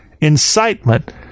Incitement